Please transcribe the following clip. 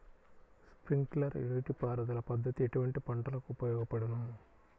Sprinkler నీటిపారుదల పద్దతి ఎటువంటి పంటలకు ఉపయోగపడును?